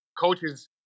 Coaches